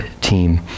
team